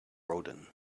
rodin